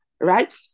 right